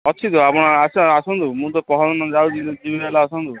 ଅଛି ତ ଆପଣ ଆସନ୍ତୁ ମୁଁ ତ ପଅରଦିନ ଯାଉଛି ହେଲା ଆସନ୍ତୁ